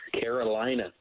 Carolina